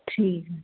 ਠੀਕ ਹੈ